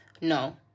No